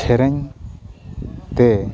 ᱥᱮᱨᱮᱧ ᱛᱮ